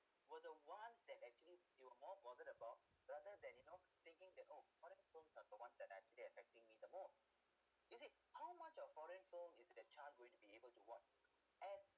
were the ones that actually you were more bothered about rather than you know thinking that oh foreign films are the ones that actually affecting me the most you see how much of foreign film is a child going to be able to watch and